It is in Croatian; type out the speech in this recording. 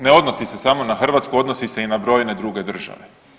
Ne odnosi se samo na Hrvatsku, odnosi se i na brojne druge države.